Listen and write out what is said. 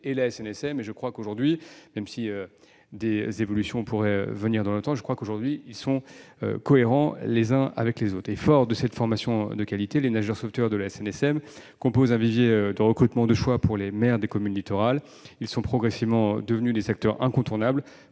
et le permis côtier, et par la SNSM. Même si des évolutions peuvent être envisagées, je crois que, aujourd'hui, ils sont cohérents les uns par rapport aux autres. Et fort de cette formation de qualité, les nageurs sauveteurs de la SNSM forment un vivier de recrutement de choix pour les maires des communes littorales. Ils sont progressivement devenus des acteurs incontournables